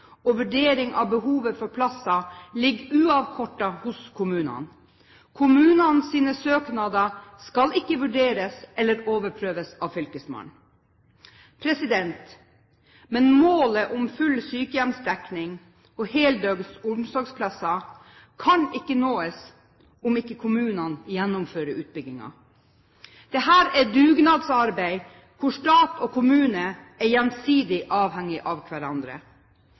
og vurdering av behovet for plasser ligger uavkortet hos kommunene. Kommunenes søknader skal ikke vurderes eller overprøves av fylkesmannen. Men målet om full sykehjemsdekning og heldøgns omsorgsplasser kan ikke nås om ikke kommunene gjennomfører utbyggingen. Dette er dugnadsarbeid hvor stat og kommune er gjensidig avhengige av hverandre.